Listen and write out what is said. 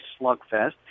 slugfest